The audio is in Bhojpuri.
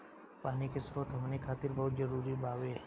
पानी के स्रोत हमनी खातीर बहुत जरूरी बावे